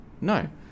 No